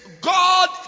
God